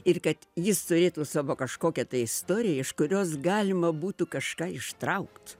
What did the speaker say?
ir kad jis turėtų savo kažkokią tai istoriją iš kurios galima būtų kažką ištraukt